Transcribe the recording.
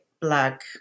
black